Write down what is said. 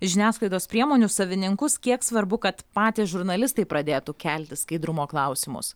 žiniasklaidos priemonių savininkus kiek svarbu kad patys žurnalistai pradėtų kelti skaidrumo klausimus